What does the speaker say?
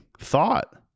thought